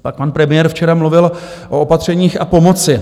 Pak pan premiér včera mluvil o opatřeních a pomoci.